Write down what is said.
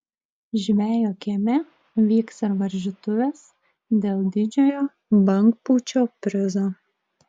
žvejo kieme vyks ir varžytuvės dėl didžiojo bangpūčio prizo